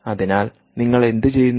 അതിനാൽ നിങ്ങൾ എന്തുചെയ്യുന്നു